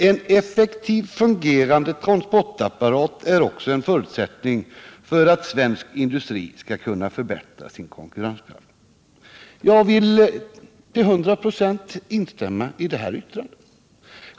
En effektivt fungerande transportapparat är också en förutsättning för att svensk industri skall kunna förbättra sin konkurrenskraft.” Jag vill till 100 96 instämma i detta yttrande.